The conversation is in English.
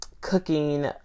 cooking